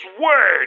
word